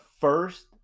first